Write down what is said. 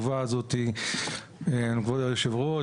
היו מיוזמות החקיקה ב-2016.